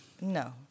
No